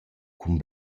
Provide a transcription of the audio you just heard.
cun